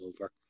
over